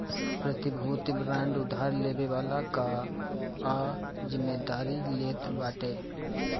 प्रतिभूति बांड उधार लेवे वाला कअ जिमेदारी लेत बाटे